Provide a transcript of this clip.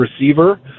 receiver